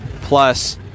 Plus